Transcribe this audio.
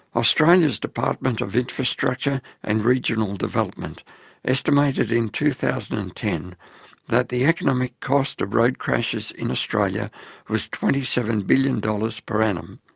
australia's department of infrastructure and regional development estimated in two thousand and ten that the economic cost of road crashes in australia was twenty seven billion dollars per annum.